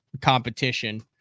competition